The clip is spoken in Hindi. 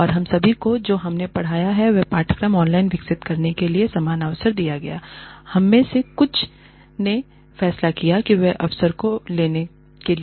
और हम सभी को जो हमने पढ़ाया है वह पाठ्यक्रम ऑनलाइन विकसित करने के लिए समान अवसर दिया गया l हम में से कुछ ने फैसला किया इस अवसर को लेने के लिए